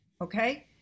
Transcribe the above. okay